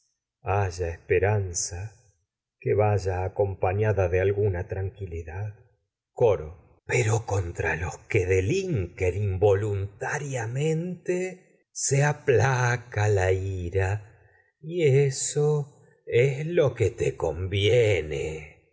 haya esperanza que vaya acompañada de al guna tranquilidad coro pero contra los que delinquen involuntaria que no mente se aplaca la ira y eso es lo eso te conviene